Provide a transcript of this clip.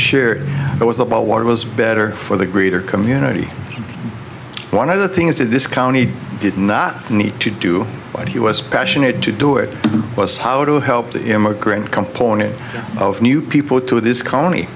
it was about what it was better for the greater community and one other thing is that this county did not need to do what he was passionate to do it was how to help the immigrant component of new people to this eco